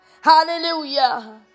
hallelujah